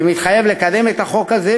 שמתחייב לקדם את החוק הזה,